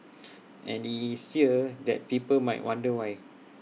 and IT is here that people might wonder why